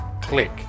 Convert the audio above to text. click